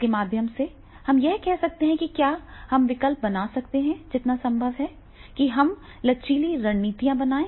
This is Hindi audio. इसके माध्यम से हम यह करते हैं कि क्या हम विकल्प बना सकते हैं जितना संभव है कि हम लचीली रणनीति बनाएं